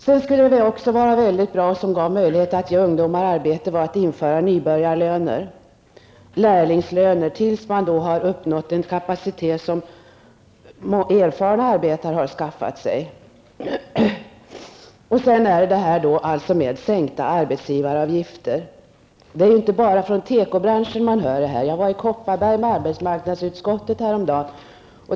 Något som skulle vara väldigt bra och som också skulle ge möjligheter att ge ungdomar arbete vore att införa nybörjarlöner, lärlingslöner, tills ungdomarna uppnått den kapacitet som erfarna arbetare har skaffat sig. Sedan till detta med sänkta arbetsgivaravgifter. Det är inte bara inom tekobranschen som man önskar en sänkning. Jag var i Kopparberg med arbetsmarknadsutskottet häromdagen.